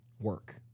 work